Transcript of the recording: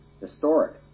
historic